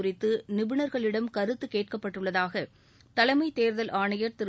குறித்து நிபுணர்களிடம் கருத்து கேட்கப்பட்டுள்ளதாக தலைமைத் தேர்தல் ஆணையர் திரு